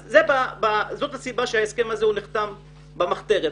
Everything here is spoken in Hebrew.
אז זו הסיבה שההסכם נחתם במחתרת,